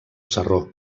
sarró